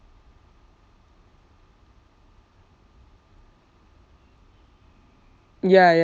ya